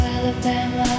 Alabama